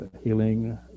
healing